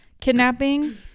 kidnapping